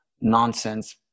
nonsense